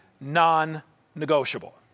non-negotiable